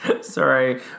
Sorry